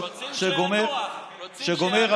כשהוא גומר לדבר,